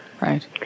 Right